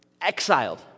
exiled